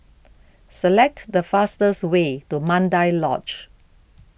select the fastest way to Mandai Lodge